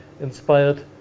inspired